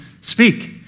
speak